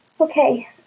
Okay